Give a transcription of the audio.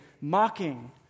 mocking